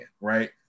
right